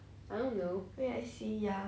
I don't know